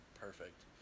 perfect